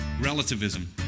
relativism